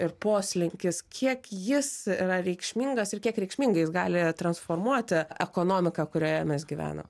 ir poslinkis kiek jis yra reikšmingas ir kiek reikšmingai jis gali transformuoti ekonomiką kurioje mes gyvenam